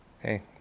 Hey